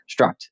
struct